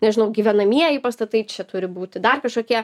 nežinau gyvenamieji pastatai čia turi būti dar kažkokie